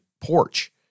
porch